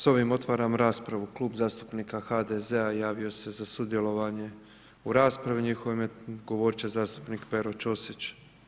S ovime otvaram raspravu, Klub zastupnika HDZ-a javio se za sudjelovanje u raspravi, u njihovo ime govorit će zastupnik Pero Ćosić.